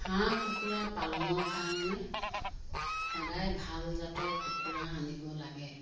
হাঁহ কুকুৰা পালনৰ কাৰণে সদায় ভাল জাতৰ কুকুৰা আনিব লাগে